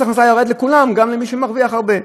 מס הכנסה ירד לכולם, גם למי שמרוויח הרבה.